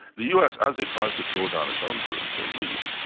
the us as it tries to draw down its own troops, or leave,